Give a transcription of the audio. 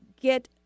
get